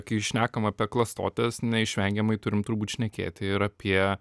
kai šnekam apie klastotes neišvengiamai turim turbūt šnekėti ir apie